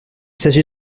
s’agit